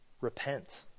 repent